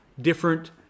different